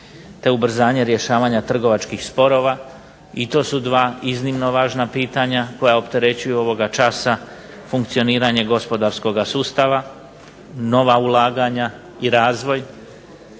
te ubrzanje rješavanja trgovačkih sporova. I to su dva iznimno važna pitanja koja opterećuju ovoga časa funkcioniranje gospodarskog sustava, nova ulaganja i razvoj,